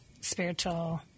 spiritual